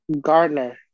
Gardner